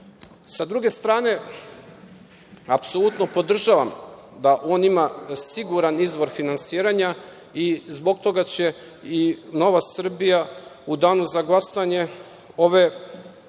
druge strane, apsolutno podržavam da on ima siguran izvor finansiranja i zbog toga će i Nova Srbija, u Danu za glasanje, ove